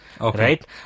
right